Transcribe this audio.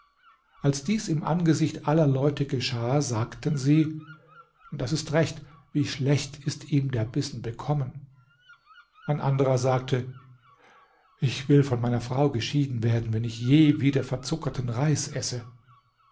als dies im angesicht aller leute geschah sagten sie das ist recht wie schlecht ist ihm der bissen bekommen ein anderer sagte ich will von meiner frau geschieden werden wenn ich je wieder verzuckerten